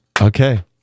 Okay